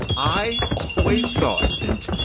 i always thought and.